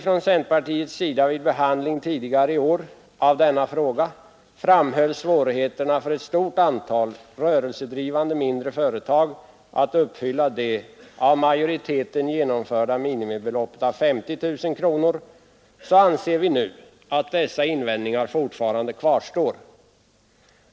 Från centerpartiets sida framhöll vi vid behandlingen av denna fråga tidigare i år svårigheterna för ett stort antal rörelsedrivande mindre företag att uppfylla det av majoriteten genomförda minimibeloppet av 50 000 kronor, och vi anser nu att dessa invändningar fortfarande kvarstår.